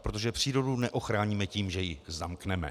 Protože přírodu neochráníme tím, že ji zamkneme.